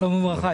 שלום וברכה.